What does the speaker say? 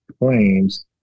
claims